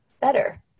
better